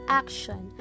action